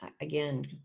again